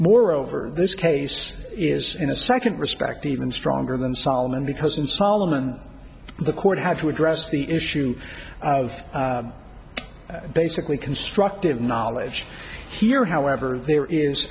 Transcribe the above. moreover this case is in a second respect even stronger than solomon because in solomon the court had to address the issue of basically constructive knowledge here however there is